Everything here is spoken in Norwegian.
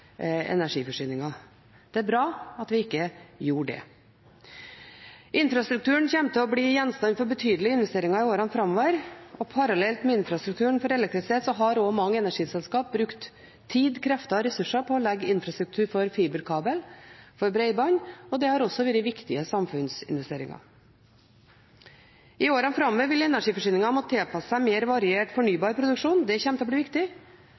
energiforsyningen. Det er bra at vi ikke gjorde det. Infrastrukturen kommer til å bli gjenstand for betydelige investeringer i årene framover, og parallelt med infrastrukturen for elektrisitet har mange energiselskap brukt tid, krefter og ressurser på å legge infrastruktur for fiberkabel for bredbånd, og det har også vært viktige samfunnsinvesteringer. I årene framover vil energiforsyningen måtte tilpasse seg mer variert fornybar produksjon. Det kommer til å bli viktig. Det kommer til å bety at en må